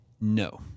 No